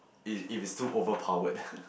if if it's too overpowered